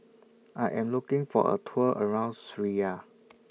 I Am looking For A Tour around Syria